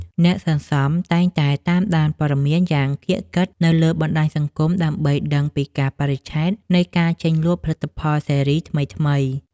អ្នកសន្សំតែងតែតាមដានព័ត៌មានយ៉ាងកៀកកិតនៅលើបណ្ដាញសង្គម ដើម្បីដឹងពីកាលបរិច្ឆេទនៃការចេញលក់ផលិតផលស៊េរីថ្មីៗ។